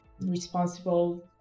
responsible